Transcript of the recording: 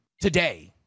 today